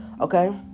Okay